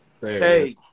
Hey